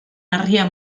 harria